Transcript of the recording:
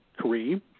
Kareem